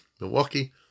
Milwaukee